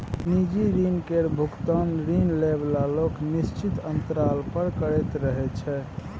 निजी ऋण केर भोगतान ऋण लए बला लोक निश्चित अंतराल पर करैत रहय छै